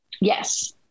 Yes